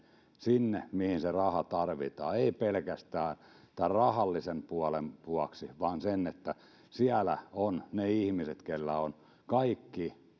sinne mihin se raha tarvitaan ei pelkästään tämän rahallisen puolen vuoksi vaan sen että siellä on ne ihmiset joilla on kaikki